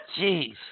Jeez